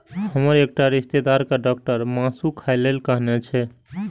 हमर एकटा रिश्तेदार कें डॉक्टर मासु खाय लेल कहने छै